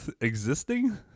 Existing